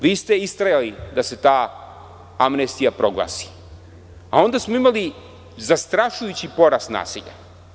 Vi ste istrajali da se ta amnestija proglasi, a onda smo imali zastrašujući porast nasilja.